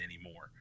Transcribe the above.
anymore